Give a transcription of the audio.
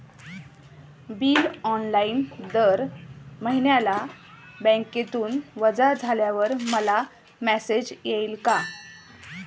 Bill online दर महिन्याला बँकेतून वजा झाल्यावर मला मेसेज येईल का?